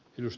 puhemies